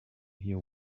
hear